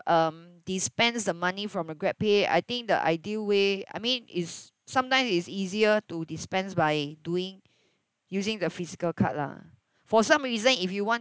um dispense the money from a GrabPay I think the ideal way I mean is sometimes it's easier to dispense by doing using the physical card lah for some reason if you want